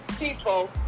people